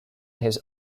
his